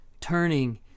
Turning